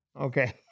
Okay